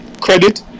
credit